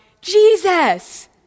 Jesus